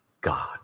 God